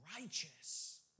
righteous